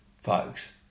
folks